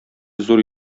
зур